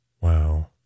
Wow